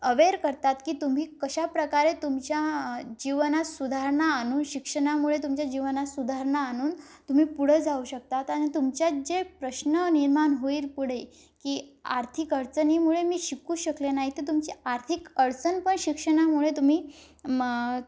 aware करतात की तुम्ही कशाप्रकारे तुमच्या जीवनात सुधारणा आणून शिक्षणामुळे तुमच्या जीवनात सुधारणा आणून तुम्ही पुढं जाऊ शकतात आणि तुमच्यात जे प्रश्न निर्माण होईल पुढे की आर्थिक अडचणीमुळे मी शिकू शकले नाहीत तुमची आर्थिक अडचण पण शिक्षणामुळे तुम्ही